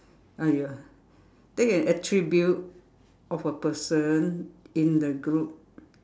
!aiya! take an attribute of a person in the group